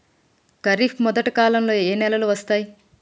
ఖరీఫ్ మొదటి కాలంలో ఏ నెలలు వస్తాయి?